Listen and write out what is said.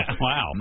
wow